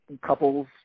couples